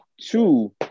Two